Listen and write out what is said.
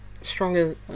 stronger